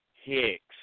Hicks